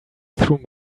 through